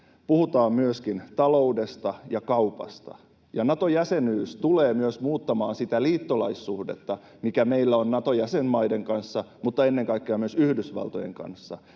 Puhutaan myöskin taloudesta ja kaupasta. Nato-jäsenyys tulee myös muuttamaan sitä liittolaissuhdetta, mikä meillä on Nato-jäsenmaiden kanssa, mutta ennen kaikkea myös Yhdysvaltojen kanssa,